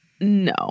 No